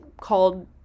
called